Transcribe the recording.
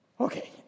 Okay